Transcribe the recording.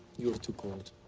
you are too cold.